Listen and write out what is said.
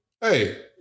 Hey